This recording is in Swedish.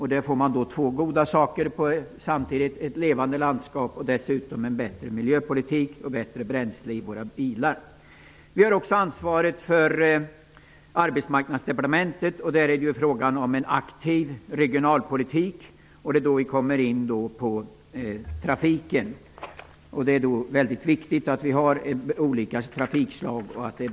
På detta sätt kan man samtidigt nå två goda syften, dels ett levande landskap, dels en bättre miljöpolitik och bättre bränsle i våra bilar. Vi har också ansvaret för Arbetsmarknadsdepartementet, som har att driva en aktiv regionalpolitik, något som också berör frågor som gäller de olika trafikslagen. Herr talman!